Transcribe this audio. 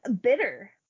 bitter